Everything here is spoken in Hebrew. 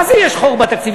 מה זה יש חור בתקציב?